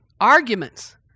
Arguments